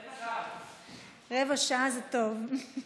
רבע שעה זה טוב.